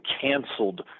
canceled